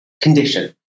condition